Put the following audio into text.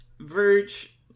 verge